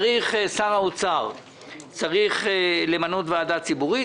צריך שר האוצר למנות ועדה ציבורית.